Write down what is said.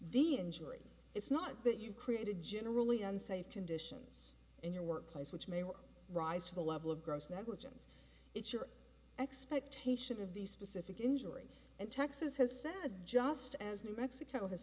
the injury it's not that you created generally unsafe conditions in your workplace which may or rise to the level of gross negligence it's your expectation of these specific injury and texas has said just as new mexico has